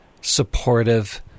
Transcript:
supportive